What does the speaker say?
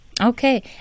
Okay